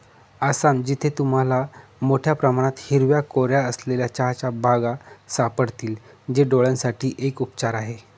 आसाम, जिथे तुम्हाला मोठया प्रमाणात हिरव्या कोऱ्या असलेल्या चहाच्या बागा सापडतील, जे डोळयांसाठी एक उपचार आहे